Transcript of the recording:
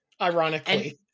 ironically